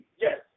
Yes